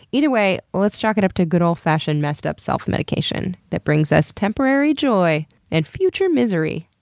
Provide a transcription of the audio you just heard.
either way, let's chalk it up to good old-fashioned messed-up self-medication that brings us temporary joy and future misery.